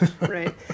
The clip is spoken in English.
right